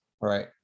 right